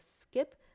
skip